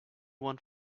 want